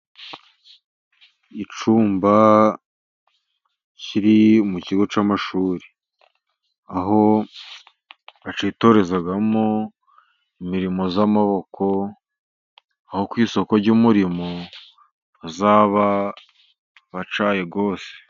Icyumba kiri mu kigo cy'amashuri. Aho bacyitorezamo imirimo y'amaboko, aho ku isoko ry'umurimo bazaba batyaye rwose.